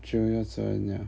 就要